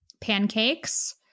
Pancakes